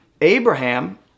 Abraham